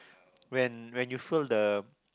when when you feel the